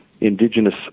indigenous